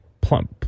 plump